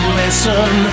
listen